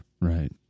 Right